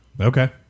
Okay